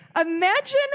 Imagine